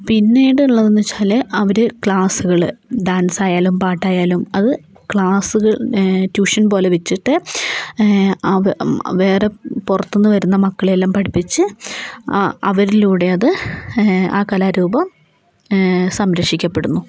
പിന്നീട് ഉള്ളതെന്നു വച്ചാൽ അവർ ക്ലാസുകൾ ഡാൻസ് ആയാലും പാട്ടായാലും അത് ക്ലാസുകൾ ട്യൂഷൻ പോലെ വച്ചിട്ട് വേറെ പുറത്തു നിന്ന് വരുന്ന മക്കളെയെല്ലാം പഠിപ്പിച്ച് ആ അവരിലൂടെ അത് ആ കലാരൂപം സംരക്ഷിക്കപ്പെടുന്നു